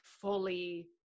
fully